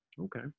Okay